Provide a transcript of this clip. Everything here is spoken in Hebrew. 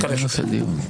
הדיון.